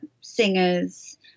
singers